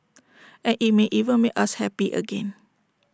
and IT may even make us happy again